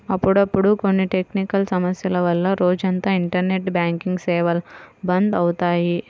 అప్పుడప్పుడు కొన్ని టెక్నికల్ సమస్యల వల్ల రోజంతా ఇంటర్నెట్ బ్యాంకింగ్ సేవలు బంద్ అవుతాయి